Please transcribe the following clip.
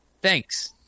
Thanks